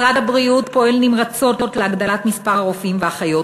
משרד הבריאות פועל נמרצות להגדלת מספר הרופאים והאחיות.